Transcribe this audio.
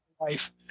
life